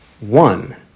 one